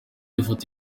ifoto